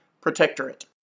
Protectorate